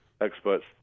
experts